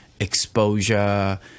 exposure